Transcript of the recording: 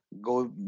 Go